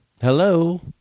Hello